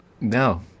No